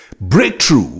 breakthrough